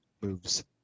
moves